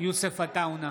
יוסף עטאונה,